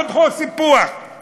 עוד סיפוח,